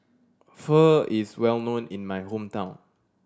pho is well known in my hometown